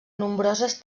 nombroses